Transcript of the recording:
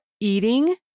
eating